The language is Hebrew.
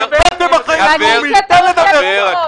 תן לדבר.